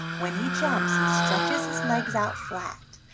when he jumps he stretches his legs out flat,